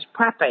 prepping